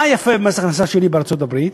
מה יפה במס הכנסה שלילי בארצות-הברית?